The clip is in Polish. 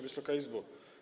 Wysoka Izbo!